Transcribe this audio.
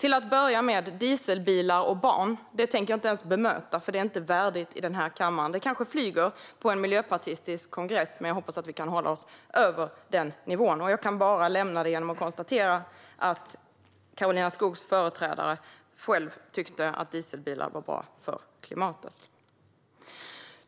Jag vill börja med dieselbilar och barn. Det tänker jag inte ens bemöta, för det är inte värdigt i den här kammaren. Det kanske lyfter på en miljöpartistisk kongress, men jag hoppas att vi kan hålla oss över den nivån. Jag konstaterar bara att Karolina Skogs företrädare själv tyckte att dieselbilar var bra för klimatet.